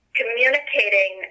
communicating